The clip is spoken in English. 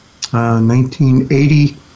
1980